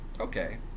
okay